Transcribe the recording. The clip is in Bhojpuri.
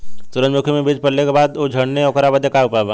सुरजमुखी मे बीज पड़ले के बाद ऊ झंडेन ओकरा बदे का उपाय बा?